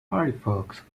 firefox